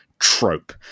trope